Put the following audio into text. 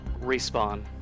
Respawn